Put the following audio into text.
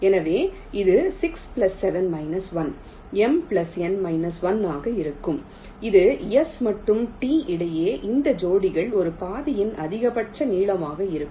எனவே இது 6 7−1 M N 1 ஆக இருக்கும் இது S மற்றும் T இடையே எந்த ஜோடிகள் ஒரு பாதையின் அதிகபட்ச நீளமாக இருக்கும்